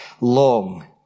long